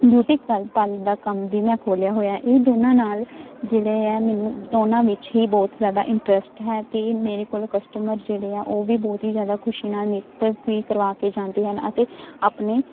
beauty ਕਾ parlour ਦਾ ਕੰਮ ਵੀ ਮੈਂ ਖੋਲ੍ਹਿਆ ਹੋਇਆ ਇਹ ਦੋਨਾਂ ਨਾਲ ਜਿਹੜੇ ਆ ਮੈਨੂੰ ਦੋਨਾਂ ਵਿੱਚ ਹੀ ਬਹੁਤ ਜ਼ਿਆਦਾ ਇੰਟਰਸਟ ਹੈ ਅਤੇ ਮੇਰੇ ਕੋਲ ਕਸਟਮਰ ਜਿਹੜੇ ਆ ਉਹ ਵੀ ਬਹੁਤ ਹੀ ਜ਼ਿਆਦਾ ਖੁਸ਼ੀ ਨਾਲ ਮੇਕਅਪ ਵੀ ਕਰਵਾ ਕੇ ਜਾਂਦੇ ਹਨ ਅਤੇ ਆਪਣੇ